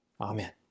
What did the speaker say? Amen